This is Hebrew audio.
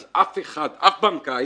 אז אף אחד, אף בנקאי